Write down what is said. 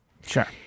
Sure